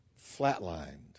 flatlined